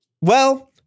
Well-